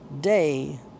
day